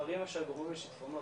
זה מה שגורם לשיטפונות.